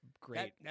great